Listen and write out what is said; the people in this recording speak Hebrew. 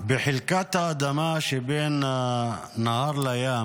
בחלקת האדמה שבין הנהר לים